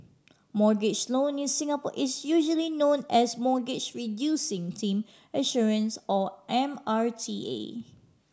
mortgage loan in Singapore is usually known as Mortgage Reducing Team Assurance or M R T A